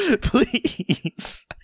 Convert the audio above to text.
Please